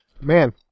Man